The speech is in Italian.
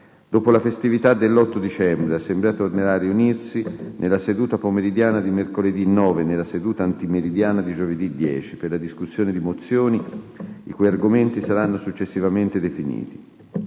Dopo la festività dell'8 dicembre, l'Assemblea tornerà a riunirsi nella seduta pomeridiana di mercoledì 9 e nella seduta antimeridiana di giovedì 10 per la discussione di mozioni i cui argomenti saranno successivamente definiti.